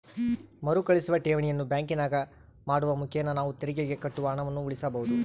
ಮರುಕಳಿಸುವ ಠೇವಣಿಯನ್ನು ಬ್ಯಾಂಕಿನಾಗ ಮಾಡುವ ಮುಖೇನ ನಾವು ತೆರಿಗೆಗೆ ಕಟ್ಟುವ ಹಣವನ್ನು ಉಳಿಸಬಹುದು